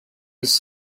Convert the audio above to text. his